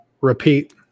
Repeat